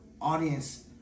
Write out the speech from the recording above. audience